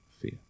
fear